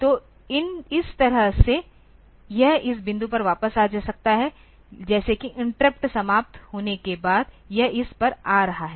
तो इस तरह से यह इस बिंदु पर वापस आ सकता है जैसे कि इंटरप्ट समाप्त होने के बाद यह इस पर आ रहा है